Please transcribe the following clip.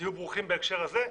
תהיו ברוכים בהקשר הזה.